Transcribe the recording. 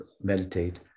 meditate